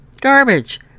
garbage